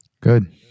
Good